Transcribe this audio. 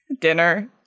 dinner